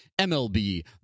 MLB